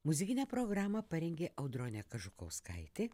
muzikinę programą parengė audronė kažukauskaitė